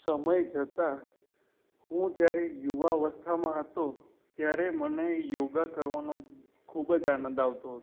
સમય જતા હું જ્યારે યુવાવસ્થામાં હતો ત્યારે મને યોગ કરવાનો ખૂબ જ આનંદ આવતો હતો